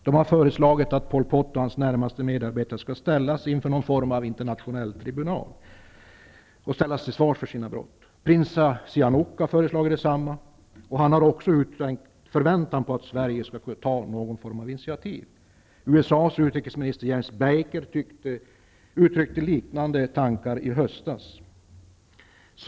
Det har föreslagits att Pol Pot och hans närmaste medarbetare skall ställas inför någon form av internationell tribunal och avkrävas ansvar för sina brott. Prins Sihanouk har föreslagit detsamma, och han har också uttryckt förväntan om att Sverige skall ta någon form av initiativ. USA:s utrikesminister James Baker uttryckte liknande tankar i höstas.